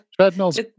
Treadmill's